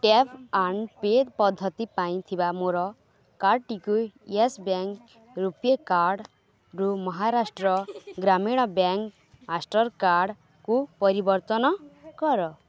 tap and pay ପଦ୍ଧତି ପାଇଁ ଥିବା ମୋର କାର୍ଡ଼ଟିକୁ ୟେସ୍ ବ୍ୟାଙ୍କ୍ ରୂପୈ କାର୍ଡ଼୍ରୁ ମହାରାଷ୍ଟ୍ର ଗ୍ରାମୀଣ ବ୍ୟାଙ୍କ୍ ମାଷ୍ଟର୍ କାର୍ଡ଼୍କୁ ପରିବର୍ତ୍ତନ କର